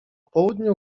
południu